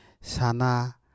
sana